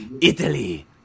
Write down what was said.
Italy